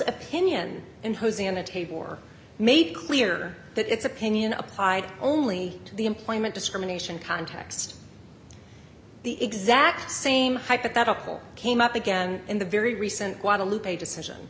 opinion and hosing on the table or made clear that its opinion applied only to the employment discrimination context the exact same hypothetical came up again in the very recent guadalupe decision